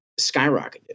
skyrocketed